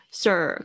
sir